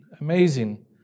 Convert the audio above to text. amazing